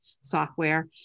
software